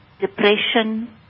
depression